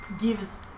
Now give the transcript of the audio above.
gives